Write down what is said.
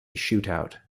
shootout